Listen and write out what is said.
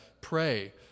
pray